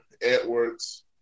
Edwards